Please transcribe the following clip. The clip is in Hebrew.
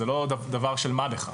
זה לא דבר של מה בכך.